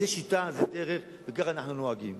זו שיטה, זו דרך, וכך אנחנו נוהגים.